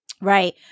Right